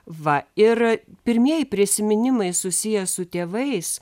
va ir pirmieji prisiminimai susiję su tėvais